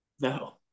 no